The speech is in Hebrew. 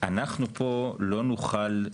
אנחנו פה לא נוכל,